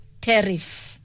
tariff